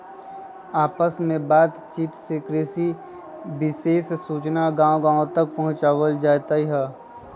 आपस में बात चित से कृषि विशेष सूचना गांव गांव तक पहुंचावल जाईथ हई